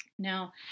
Now